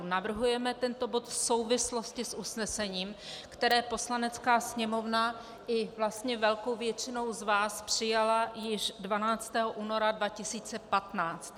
Navrhujeme tento bod v souvislosti s usnesením, které Poslanecká sněmovna i vlastně velkou většinou z vás přijala již 12. února 2015.